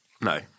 No